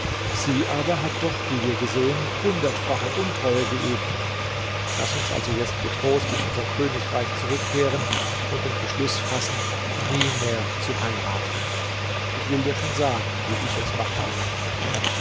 sie aber hat doch wie wir gesehen hundertfache untreue geübt laß uns also jetzt getrost in unser königreich zurückkehren und den beschluß fassen nie mehr zu heiraten ich will dir schon sagen wie ich es machen will